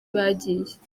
bagiye